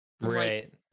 Right